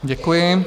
Děkuji.